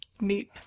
neat